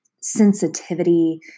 sensitivity